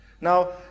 now